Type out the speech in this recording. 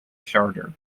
charter